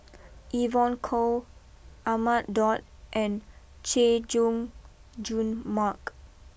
Evon Kow Ahmad Daud and Chay Jung Jun Mark